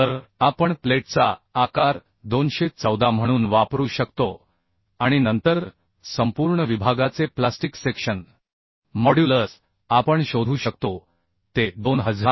तर आपण प्लेटचा आकार 214 म्हणून वापरू शकतो आणि नंतर संपूर्ण विभागाचे प्लास्टिक सेक्शन मॉड्युलस आपण शोधू शकतो ते 2030